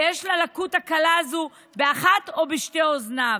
ויש את הלקות הקלה הזו באחת או בשתי האוזניים.